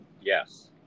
Yes